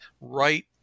right